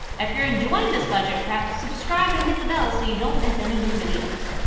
if you're enjoying this budget prep, subscribe and hit the bell so you don't miss any new videos.